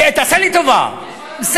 תעשה לי טובה, יש ועדה.